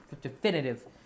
definitive